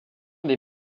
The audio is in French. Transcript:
des